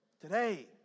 today